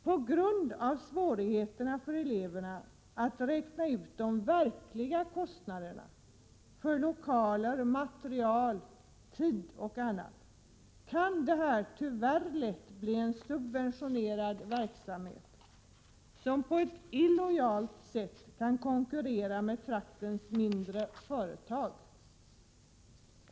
På grund av svårigheterna för eleverna att räkna ut de verkliga kostnaderna för lokaler, material, tid och annat kan denna uppdragsverksamhet tyvärr lätt bli en subventionerad verksamhet som på ett illojalt sätt konkurrerar med traktens mindre företag.